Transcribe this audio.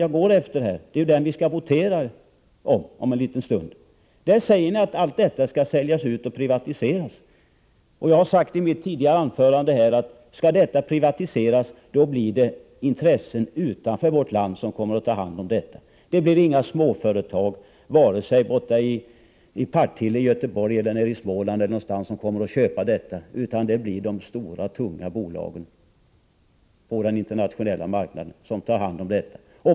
Jag utgår från den — det är ju om den vi skall votera om en liten stund. Jag har sagt i mitt tidigare anförande, att skall detta privatiseras blir det intressen utanför vårt land som kommer att ta hand om alltihop. Det blir inga småföretag, vare sig i Partille eller någonstans i Småland, som kommer att köpa detta, utan det gör de stora, tunga bolagen på den internationella marknaden.